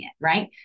right